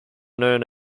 known